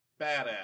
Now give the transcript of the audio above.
badass